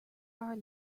are